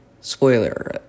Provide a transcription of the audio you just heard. Spoiler